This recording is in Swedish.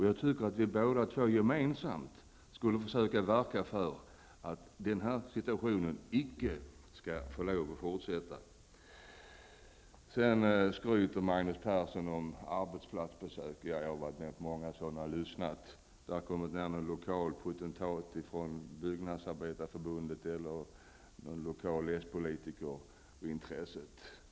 Jag tycker att vi två gemensamt borde försöka verka för att den situationen icke skall få lov att förekomma i fortsättningen. Magnus Persson skryter om arbetsplatsbesök. Jag har varit med på många sådana och lyssnat. Det har kommit ner någon lokal potentat från Byggnadsarbetareförbundet eller någon lokal spolitiker.